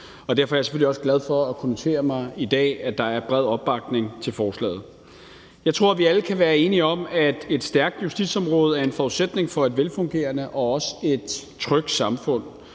derfor er jeg selvfølgelig også glad for at kunne notere mig her i dag, at der er bred opbakning til forslaget. Jeg tror, vi alle kan være enige om, at et stærkt justitsområde er en forudsætning for et velfungerende og også et trygt samfund,